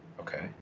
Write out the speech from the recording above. Okay